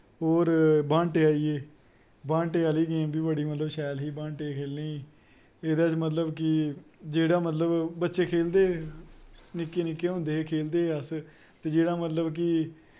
होर बांटे आईये बांटे आह्ली गेम बी बड़ा शैल ही मतलव बांटे खेलने एह्दै च मतलव कि जेह्ड़ा मतलव बच्चे खेलदे निक्की निक्की होंदे हे खेलदे हे अस ते जेह्ड़ा मतलव कि